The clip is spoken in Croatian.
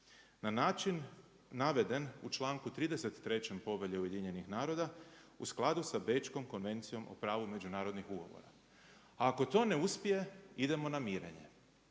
na način naveden u članku 33. Povelje Ujedinjenih naroda u skladu sa Bečkom konvencijom o pravu međunarodnih ugovora. Ako to ne uspije idemo na mirenje.